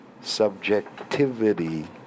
subjectivity